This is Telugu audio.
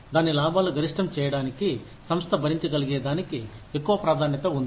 దాని లాభాలు గరిష్టం చేయడానికి సంస్థ భరించగలిగే దానికి ఎక్కువ ప్రాధాన్యత ఉంది